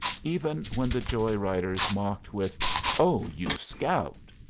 even when the joy-riders mocked with oh, you scout!